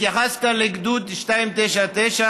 התייחסת לגדוד 299,